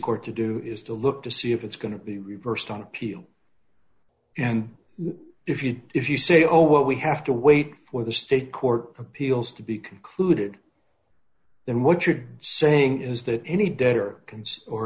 court to do is to look to see if it's going to be reversed on appeal and if you if you say oh what we have to wait for the state court appeals to be concluded then what you're saying is that any debt or